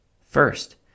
First